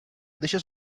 deixes